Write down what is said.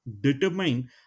determine